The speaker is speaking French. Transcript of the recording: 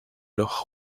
leur